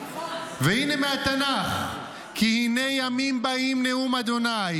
והינה מהתנ"ך: "כי הנה ימים באים נאֻם ה'